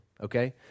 okay